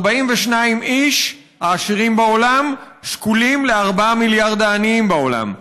42 האנשים העשירים בעולם שקולים לארבעה מיליארד העניים בעולם.